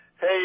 Hey